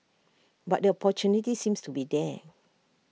but the opportunity seems to be there